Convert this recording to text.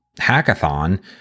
hackathon